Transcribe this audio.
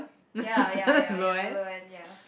ya ya ya ya Loann ya